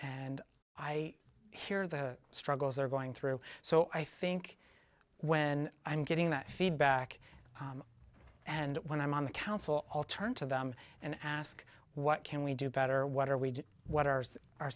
and i hear the struggles they're going through so i think when i'm getting that feedback and when i'm on the council i'll turn to them and ask what can we do better what are we what